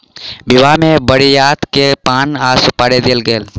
विवाह में बरियाती के पान आ सुपारी देल गेल